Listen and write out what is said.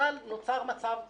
אבל נוצר מצב מסוים,